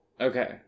Okay